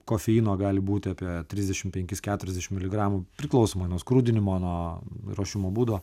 kofeino gali būti apie trisdešimt penkis keturiasdešimt miligramų priklausomai nuo skrudinimo nuo ruošimo būdo